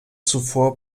zuvor